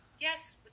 Yes